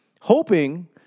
hoping